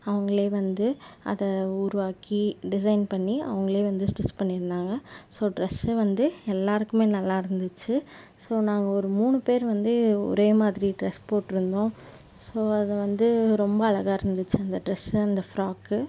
அவங்க வந்து அதை உருவாக்கி டிசைன் பண்ணி அவங்க வந்து ஸ்டிச் பண்ணியிருந்தாங்க ஸோ ட்ரெஸ் வந்து எல்லாருக்கும் நல்லா இருந்துச்சு ஸோ நாங்கள் ஒரு மூணு பேர் வந்து ஒரே மாதிரி ட்ரெஸ் போட்டுருந்தோம் ஸோ அது வந்து ரொம்ப அழகாக இருந்துச்சு அந்த ட்ரெஸ் அந்த ஃப்ராகு